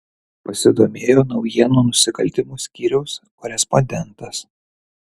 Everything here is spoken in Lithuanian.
pasidomėjo naujienų nusikaltimų skyriaus korespondentas